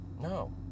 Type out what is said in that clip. No